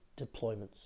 deployments